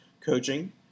coaching